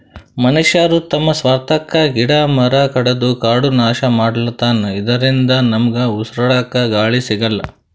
ಮನಶ್ಯಾರ್ ತಮ್ಮ್ ಸ್ವಾರ್ಥಕ್ಕಾ ಗಿಡ ಮರ ಕಡದು ಕಾಡ್ ನಾಶ್ ಮಾಡ್ಲತನ್ ಇದರಿಂದ ನಮ್ಗ್ ಉಸ್ರಾಡಕ್ಕ್ ಗಾಳಿ ಸಿಗಲ್ಲ್